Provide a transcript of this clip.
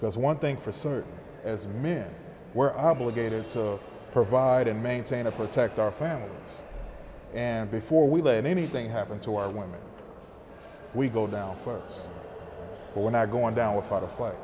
because one thing for certain as men were obligated to provide and maintain a protect our family and before we let anything happen to our women we go down for when i going down without a fight